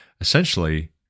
Essentially